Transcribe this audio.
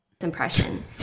Impression